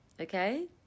Okay